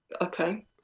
Okay